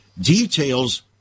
details